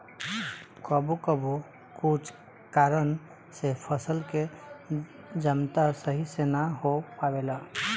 कबो कबो कुछ कारन से फसल के जमता सही से ना हो पावेला